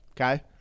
Okay